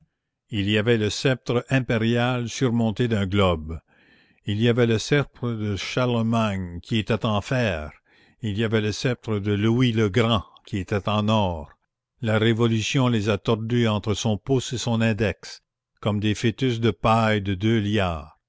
il y avait le sceptre impérial surmonté d'un globe il y avait le sceptre de charlemagne qui était en fer il y avait le sceptre de louis le grand qui était en or la révolution les a tordus entre son pouce et son index comme des fétus de paille de deux liards